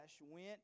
went